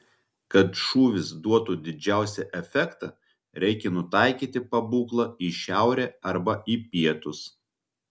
kad šūvis duotų didžiausią efektą reikia nutaikyti pabūklą į šiaurę arba į pietus